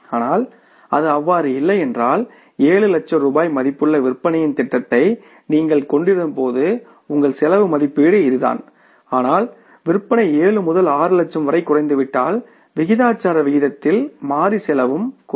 ஆனால் அது அவ்வாறு இல்லையென்றால் 7 லட்சம் ரூபாய் மதிப்புள்ள விற்பனையின் திட்டத்தை நீங்கள் கொண்டிருந்தபோது உங்கள் செலவு மதிப்பீடு இதுதான் ஆனால் விற்பனை 7 முதல் 6 லட்சம் வரை குறைந்துவிட்டால் விகிதாசார விகிதத்தில் மாறி செலவு குறையும்